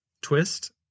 twist